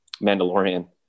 Mandalorian